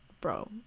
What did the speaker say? bro